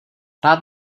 rád